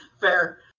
Fair